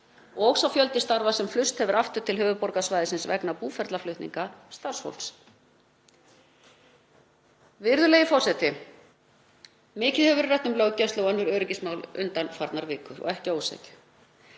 og þess fjölda starfa sem flust hefur aftur til höfuðborgarsvæðisins vegna búferlaflutninga starfsfólks. Virðulegi forseti. Mikið hefur verið rætt um löggæslu og önnur öryggismál undanfarnar vikur og ekki að ósekju.